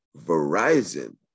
Verizon